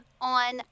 on